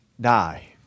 die